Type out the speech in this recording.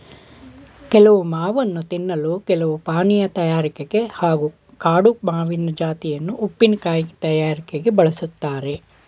ಕೆಲವು ಮಾವನ್ನು ತಿನ್ನಲು ಕೆಲವು ಪಾನೀಯ ತಯಾರಿಕೆಗೆ ಹಾಗೂ ಕಾಡು ಮಾವಿನ ಜಾತಿಯನ್ನು ಉಪ್ಪಿನಕಾಯಿ ತಯಾರಿಕೆಗೆ ಬಳುಸ್ತಾರೆ